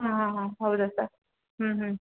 ಹಾಂ ಹಾಂ ಹಾಂ ಹೌದಾ ಸರ್ ಹ್ಞೂ ಹ್ಞೂ